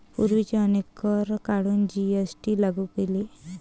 पूर्वीचे अनेक कर काढून जी.एस.टी लागू केले